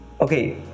Okay